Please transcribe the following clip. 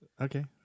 okay